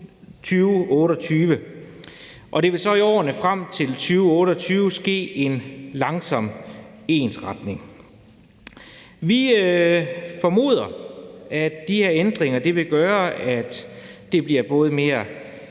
der vil så i årene frem til 2028 ske en langsom ensretning. Vi formoder, at de her ændringer vil gøre, at det bliver både mere